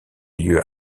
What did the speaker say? lieux